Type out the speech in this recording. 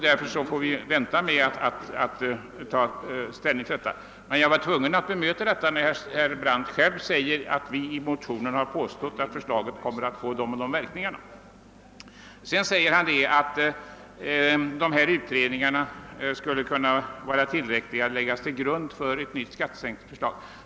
Därför får vi vänta med att ta ställning, men jag var tvungen att bemöta herr Brandt, när han gjorde gällande att vi i motionen påstått att skatteförslaget skulle få vissa bestämda verkningar. Herr Brandt menar vidare att utredningarna skulle kunna vara tillräckliga som grund för ett nytt skattesänkningsförslag.